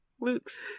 Luke's